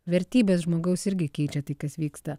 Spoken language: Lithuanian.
vertybės žmogaus irgi keičia tai kas vyksta